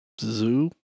zoo